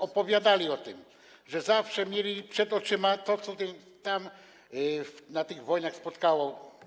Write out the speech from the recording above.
Opowiadali o tym, że zawsze mieli przed oczyma to, co ich tam, na tych wojnach, spotkało.